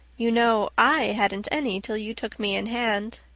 you know i hadn't any till you took me in hand.